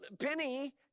Penny